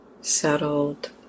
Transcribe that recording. settled